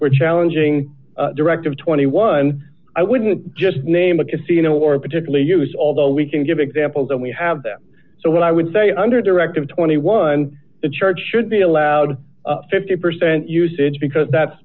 we're challenging directive twenty one i wouldn't just name a casino or particularly use although we can give examples and we have them so what i would say under directive twenty one dollars the church should be allowed fifty percent usage because that